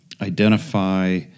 identify